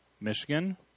Michigan